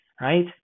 right